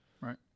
Right